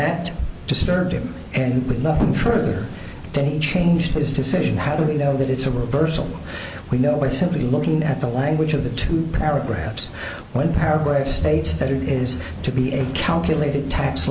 that disturbed him and with nothing further then he changed his decision how do we know that it's a reversal we know by simply looking at the language of the two paragraphs when paragraph states that it is to be a calculated tax